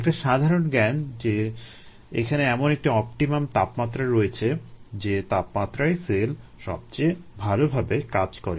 একটা সাধারণ জ্ঞান যে এখানে এমন একটি অপটিমাম তাপমাত্রা রয়েছে যে তাপমাত্রায় সেল সবচেয়ে ভালভাবে কাজ করে